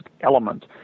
element